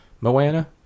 Moana